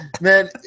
man